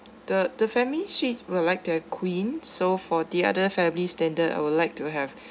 the the family suites would like to have queen so for the other family standard I would like to have